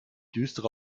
düstere